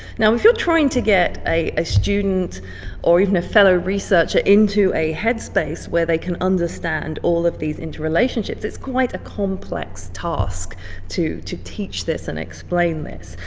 now if you're trying to get a student or even a fellow researcher into a headspace where they can understand all of these interrelationships, it's quite a complex task to to teach this and explain this.